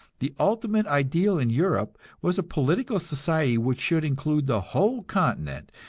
the ultimate ideal in europe was a political society which should include the whole continent,